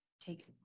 take